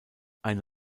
eine